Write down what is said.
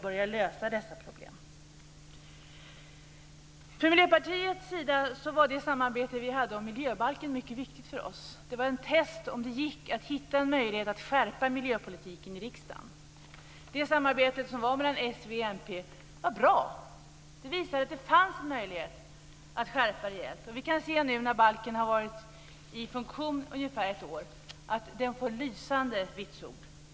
För Miljöpartiets del var det samarbete vi hade om miljöbalken mycket viktigt. Det var ett test på om det gick att hitta en möjlighet att skärpa miljöpolitiken i riksdagen. Det samarbete som var mellan s, v och mp var bra. Det visade att det fanns en möjlighet att skärpa rejält. Och vi kan se nu när balken har varit i funktion i ungefär ett år att den får lysande vitsord.